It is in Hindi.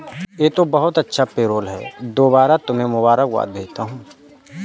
यह तो बहुत अच्छा पेरोल है दोबारा तुम्हें मुबारकबाद भेजता हूं